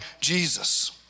Jesus